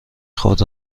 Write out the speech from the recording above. خود